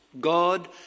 God